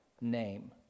name